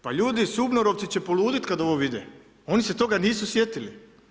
Pa ljudi, SUBNOR-ovci će poluditi kad ovo vide, oni se toga nisu sjetili.